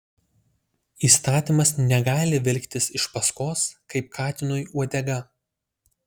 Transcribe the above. įstatymas negali vilktis iš paskos kaip katinui uodega